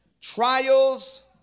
trials